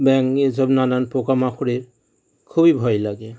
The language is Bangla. ব্যাঙ এসব নানান পোকামাকড়ে খুবই ভয় লাগে